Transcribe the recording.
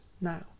now